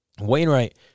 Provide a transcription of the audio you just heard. Wainwright